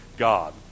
God